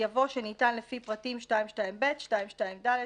יבוא "שניתן לפי פרטים 2.2ב, 2.2ד,